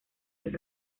del